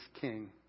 king